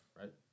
right